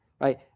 right